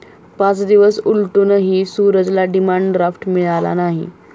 पाच दिवस उलटूनही सूरजला डिमांड ड्राफ्ट मिळाला नाही